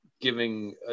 giving